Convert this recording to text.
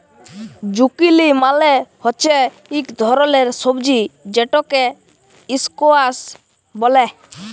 zucchini মালে হচ্যে ইক ধরলের সবজি যেটকে ইসকোয়াস ব্যলে